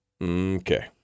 Okay